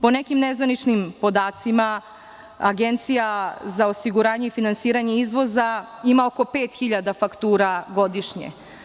Po nekim nezvaničnim podacima Agencija za osiguranje i finansiranje izvoza ima oko pet hiljada faktura godišnje.